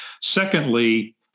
Secondly